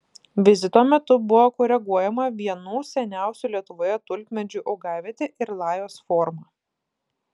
vizito metu buvo koreguojama vienų seniausių lietuvoje tulpmedžių augavietė ir lajos forma